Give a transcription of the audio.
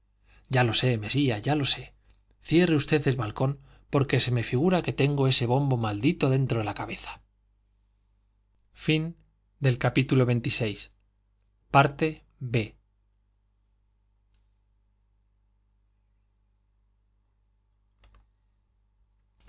ya lo sé mesía ya lo sé cierre usted el balcón porque se me figura que tengo ese bombo maldito dentro de la cabeza xxvii